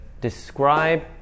describe